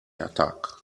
attack